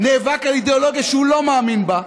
נאבק על אידיאולוגיה שהוא לא מאמין בה,